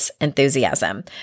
enthusiasm